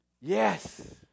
yes